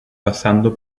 passando